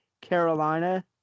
Carolina